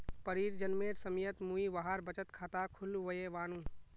परीर जन्मेर समयत मुई वहार बचत खाता खुलवैयानु